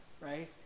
right